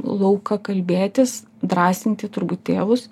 lauką kalbėtis drąsinti turbūt tėvus